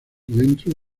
dentro